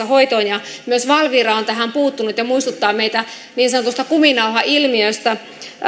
hoitoon myös valvira on tähän puuttunut ja muistuttaa meitä niin sanotusta kuminauhailmiöstä